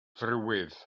friwydd